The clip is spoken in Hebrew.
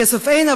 כסף אין,